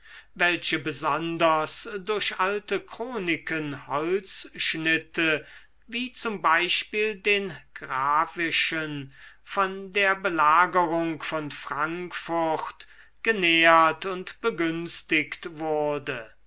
welche besonders durch alte chroniken holzschnitte wie z b den graveschen von der belagerung von frankfurt genährt und begünstigt wurde